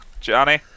johnny